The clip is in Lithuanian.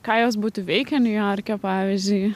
ką jos būtų veikė niujorke pavyzdžiui